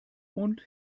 und